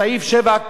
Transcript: בסעיף 7,